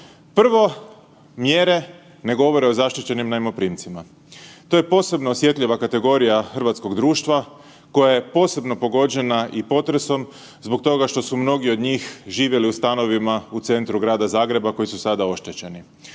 Prvo, mjere ne govore o zaštićenim najmoprimcima, to je posebno osjetljiva kategorija hrvatskog društva koja je posebno pogođena i potresom zbog toga što su mnogi od njih živjeli u stanovima u centru Grada Zagreba koji su sada oštećeni.